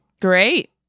Great